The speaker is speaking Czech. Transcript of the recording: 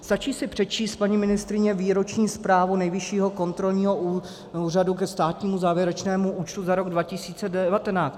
Stačí si přečíst, paní ministryně, výroční zprávu Nejvyššího kontrolního úřadu ke státnímu závěrečnému účtu za rok 2019.